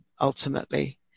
ultimately